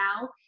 now